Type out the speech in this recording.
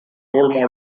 role